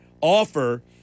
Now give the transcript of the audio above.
offer